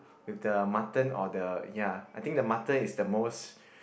with the mutton or the ya I think the mutton is the most